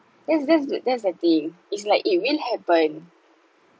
that's that's that's the thing it's like it will happen